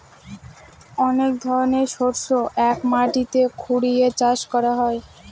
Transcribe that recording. অনেক ধরনের শস্য এক মাটিতে ঘুরিয়ে চাষ করা হয়